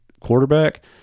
quarterback